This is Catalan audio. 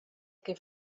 que